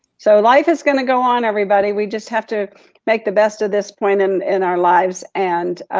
so life is gonna go on, everybody. we just have to make the best of this point in in our lives, and